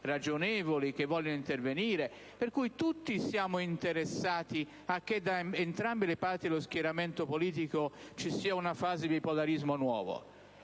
ragionevoli e che vogliano intervenire. Per cui tutti siamo interessati a che per entrambe le parti dello schieramento politico ci sia una fase di bipolarismo nuovo.